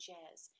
Jazz